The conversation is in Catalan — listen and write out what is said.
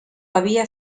havia